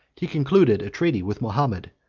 he concluded a treaty with mahomet,